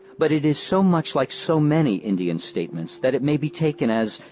but it is so much like so many indian statements that it may be taken as,